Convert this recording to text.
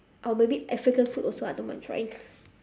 or maybe african food also I don't mind trying